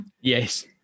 Yes